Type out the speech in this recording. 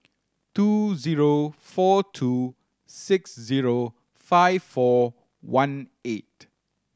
two zero four two six zero five four one eight